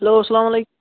hello اسلامُ علیک